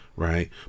Right